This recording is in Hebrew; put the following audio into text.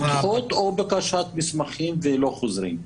נדחות, או מבקשים מסמכים ולא חוזרים.